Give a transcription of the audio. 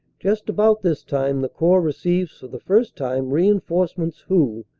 just about this time the corps receives for the first time reinforcements who,